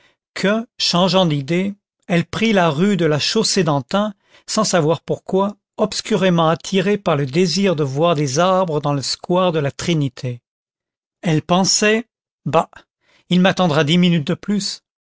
que changeant d'idée elle prit la rue de la chaussée-d'antin sans savoir pourquoi obscurément attirée par le désir de voir des arbres dans le square de la trinité elle pensait bah il m'attendra dix minutes de plus